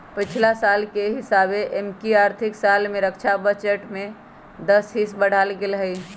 पछिला साल के हिसाबे एमकि आर्थिक साल में रक्षा बजट में दस हिस बढ़ायल गेल हइ